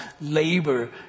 labor